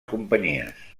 companyies